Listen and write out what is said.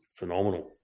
phenomenal